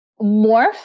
morph